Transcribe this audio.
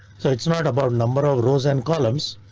so it's not about number of rows and columns,